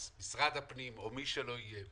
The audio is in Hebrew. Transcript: משרד הפנים או מי שלא יהיה .